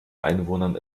einwohnern